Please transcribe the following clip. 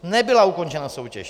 No, nebyla ukončena soutěž.